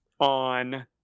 on